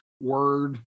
Word